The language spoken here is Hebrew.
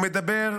הוא מדבר,